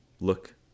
look